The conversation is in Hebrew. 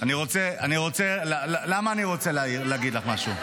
אני רוצה להגיד לך משהו.